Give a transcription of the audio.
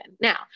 Now